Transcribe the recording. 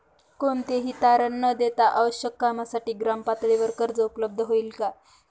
कोणतेही तारण न देता आवश्यक कामासाठी ग्रामपातळीवर कर्ज उपलब्ध होईल का?